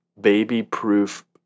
baby-proof